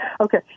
Okay